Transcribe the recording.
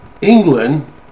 England